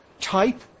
type